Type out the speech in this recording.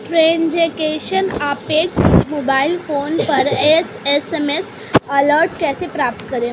Transaction update के लिए mobile phone पर एस.एम.एस अलर्ट कैसे प्राप्त करें?